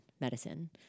medicine